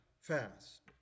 fast